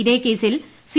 ഇതേ കേസിൽ സി